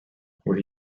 where